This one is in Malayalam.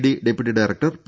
D deputy director P